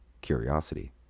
curiosity